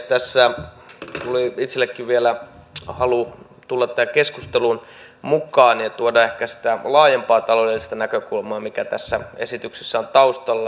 tässä tuli itsellekin vielä halu tulla tähän keskusteluun mukaan ja tuoda ehkä sitä laajempaa taloudellista näkökulmaa mikä tässä esityksessä on taustalla